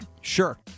Sure